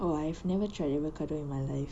oh I have never tried avocado in my life